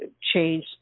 change